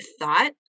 thought